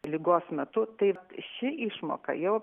ligos metu tai ši išmoka jau